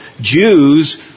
Jews